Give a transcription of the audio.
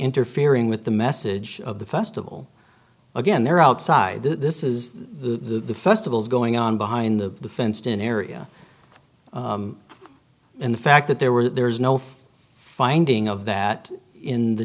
interfering with the message of the festival again there outside this is the festivals going on behind the fenced in area and the fact that there were there is no for finding of that in the